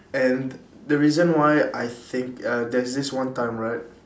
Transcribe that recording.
and the reason why I think uh there's this one time right